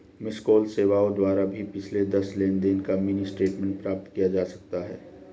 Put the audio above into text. miss call सेवाओं द्वारा भी पिछले दस लेनदेन का मिनी स्टेटमेंट प्राप्त किया जा सकता है